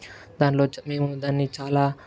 దానిలో నుంచి మేము దాన్ని చాలా